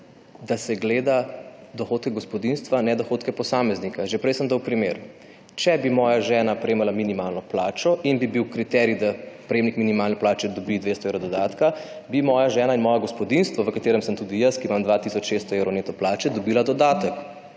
gleda dohodek gospodinjstva ne dohodke posameznika. Že prej sem dal primer. Če bi moja žena prejemala minimalno plačo in bi bil kriterij, da prejemnik minimalne plače dobi 200 evrov dodatka, bi moja žena in moje gospodinjstvo, v katerem sem tudi jaz, ki imam 2 tisoč 600 evro neto plače, dobila dodatek.